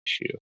issue